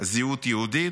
זהות יהודית?